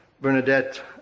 Bernadette